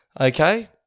Okay